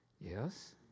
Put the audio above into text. Yes